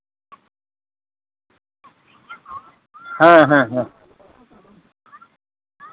ᱦᱮᱸ ᱦᱮᱸ ᱦᱮᱸ